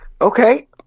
Okay